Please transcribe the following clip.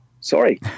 sorry